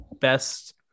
best